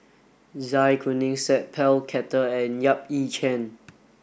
Zai Kuning Sat Pal Khattar and Yap Ee Chian